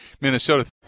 Minnesota